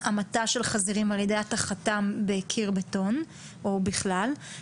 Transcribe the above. המתה של חזירים על ידי הטחתם בקיר בטון או בכלל,